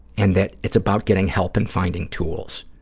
and that it's about getting help and finding tools.